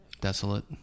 desolate